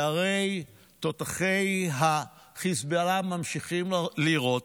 כי הרי תותחי החיזבאללה ממשיכים לירות.